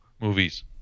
movies